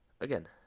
again